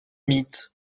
mythe